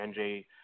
NJ